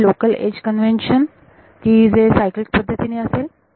हे आहे local edge convention की जे सायकलिक पद्धतीने असेल